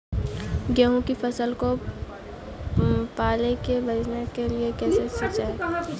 गेहूँ की फसल को पाले से बचाने के लिए कैसे सिंचाई करें?